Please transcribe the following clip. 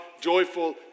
joyful